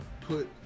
put